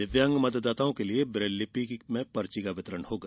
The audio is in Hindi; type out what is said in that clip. दिव्यांग मतदाताओं के लिए ब्रेललिंपि में पर्ची का वितरण होगा